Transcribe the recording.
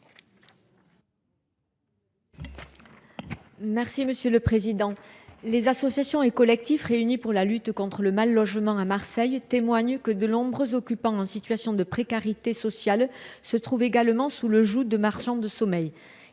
Mme Viviane Artigalas. Les associations et collectifs réunis dans le mouvement de lutte contre le mal logement à Marseille témoignent que de nombreux occupants en situation de précarité sociale se trouvent également sous le joug de marchands de sommeil.